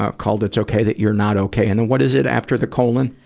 ah called, it's ok that you're not ok. and what is it after the colon?